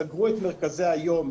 סגרו את מרכזי היום,